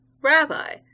Rabbi